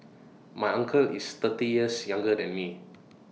my uncle is thirty years younger than me